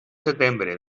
setembre